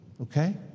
okay